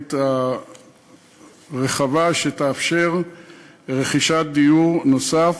הציבורית הרחבה שתאפשר רכישת דיור נוסף.